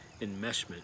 enmeshment